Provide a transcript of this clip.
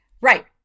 right